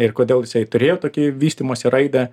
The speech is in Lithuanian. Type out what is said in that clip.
ir kodėl jisai turėjo tokį vystymosi raidą